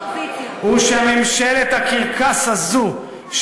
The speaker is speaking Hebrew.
הוא שממשלת הקרקס הזאת,